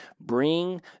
Bring